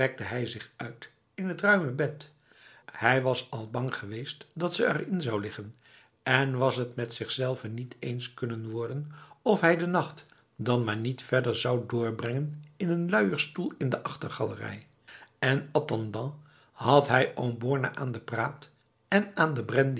hij zich uit in het ruime bed hij was al bang geweest dat ze erin zou liggen en was het met zichzelve niet eens kunnen worden of hij de nacht dan maar niet verder zou doorbrengen in een luierstoel in de achtergalerij en attendant had hij oom borne aan de praat en aan de